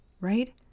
Right